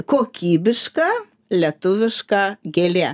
kokybiška lietuviška gėlė